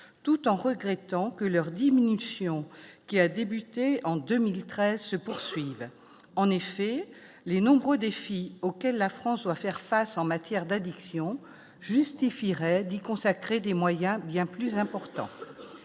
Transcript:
tout en regrettant que leur diminution qui a débuté en 2013 se poursuivent en effet les nombreux défis auxquels la France soit faire face en matière d'addictions justifierait d'y consacrer des moyens bien plus importants